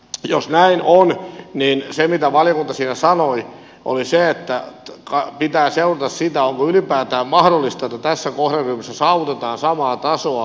jos näin on niin se mitä valiokunta siinä sanoi oli se että pitää seurata sitä onko ylipäätään mahdollista että tässä kohderyhmässä saavutetaan samaa tasoa